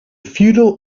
feudal